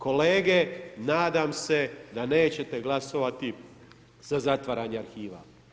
Kolege, nadam se da nećete glasovati za zatvaranje arhiva.